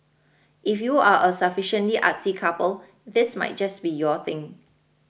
if you are a sufficiently artsy couple this might just be your thing